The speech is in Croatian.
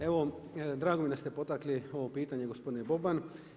Evo, drago mi je da ste potakli ovo pitanje gospodine Boban.